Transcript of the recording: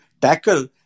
tackle